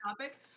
topic